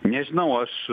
nežinau aš